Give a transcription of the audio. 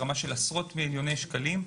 ברמה של עשרות מיליוני שקלים.